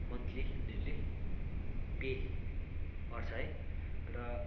monthly उनीहरूले pay गर्छ है र